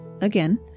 again